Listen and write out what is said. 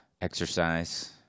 exercise